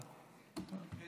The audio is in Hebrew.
בעזרת השם.